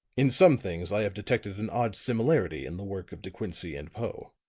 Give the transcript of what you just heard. in some things i have detected an odd similarity in the work of de quincey and poe.